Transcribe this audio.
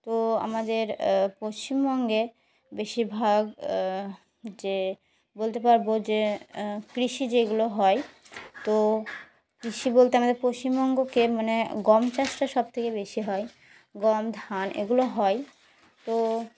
তো আমাদের পশ্চিমবঙ্গে বেশিরভাগ যে বলতে পারব যে কৃষি যেগুলো হয় তো কৃষি বলতে আমাদের পশ্চিমবঙ্গকে মানে গম চাষটা সবথেকে বেশি হয় গম ধান এগুলো হয় তো